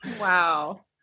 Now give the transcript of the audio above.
wow